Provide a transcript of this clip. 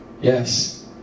Yes